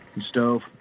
stove